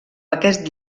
aquest